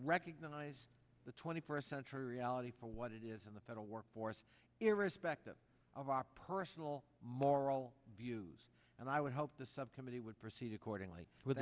recognize the twenty first century reality for what it is in the federal workforce irrespective of our personal moral views and i would hope the subcommittee would proceed accordingly with